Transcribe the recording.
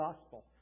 Gospel